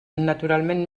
naturalment